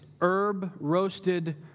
herb-roasted